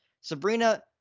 Sabrina